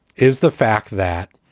is the fact that.